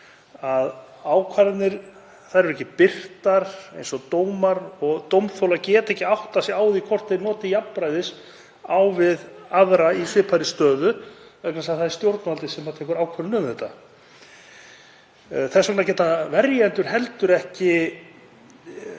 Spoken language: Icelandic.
að ákvarðanir eru ekki birtar eins og dómar og dómþolar geta ekki áttað sig á því hvort þeir hafi notið jafnræðis á við aðra í svipaðri stöðu vegna þess að það er stjórnvaldið sem tekur ákvörðun um þetta. Þess vegna geta verjendur heldur ekki